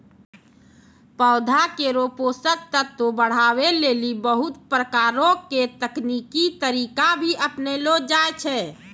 पौधा केरो पोषक तत्व बढ़ावै लेलि बहुत प्रकारो के तकनीकी तरीका भी अपनैलो जाय छै